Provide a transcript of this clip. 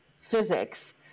physics